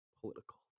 Political